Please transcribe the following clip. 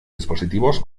dispositivos